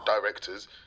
directors